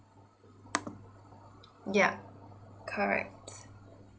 yeah correct